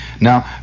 Now